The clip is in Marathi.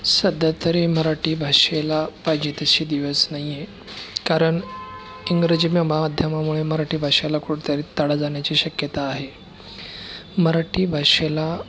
सध्यातरी मराठी भाषेला पाहिजे तसे दिवस नाही आहे कारण इंग्रजी म माध्यमामुळे मराठी भाषेला कुठे तरी तडा जाण्याची शक्यता आहे मराठी भाषेला